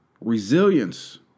Resilience